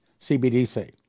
CBDC